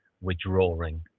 withdrawing